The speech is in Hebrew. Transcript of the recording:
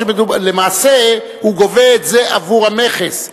ולמעשה הוא גובה את זה עבור המכס,